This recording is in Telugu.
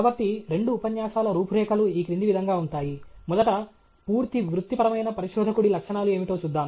కాబట్టి రెండు ఉపన్యాసాల రూపురేఖలు ఈ క్రింది విధంగా ఉంటాయి మొదట పూర్తి వృత్తిపరమైన పరిశోధకుడి లక్షణాలు ఏమిటో చూద్దాం